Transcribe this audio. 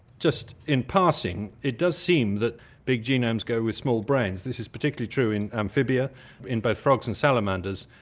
just in passing, it does seem that big genomes go with small brains. this is particularly true in amphibia in both frogs and salamanders,